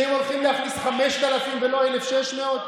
שהם הולכים להכניס 5,000 ולא 1,600?